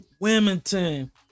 Wilmington